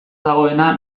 dagoena